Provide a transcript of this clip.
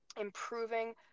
improving